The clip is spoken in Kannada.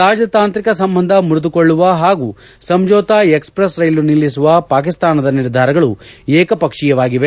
ರಾಜತಾಂತ್ರಿಕ ಸಂಬಂಧ ಮುರಿದುಕೊಳ್ಳುವ ಹಾಗೂ ಸಂಜೋತಾ ಎಕ್ಸ್ಪ್ರೆಸ್ ರೈಲು ನಿಲ್ಲಿಸುವ ಪಾಕಿಸ್ತಾನದ ನಿರ್ಧಾರಗಳು ಏಕಪಕ್ಷೀಯವಾಗಿವೆ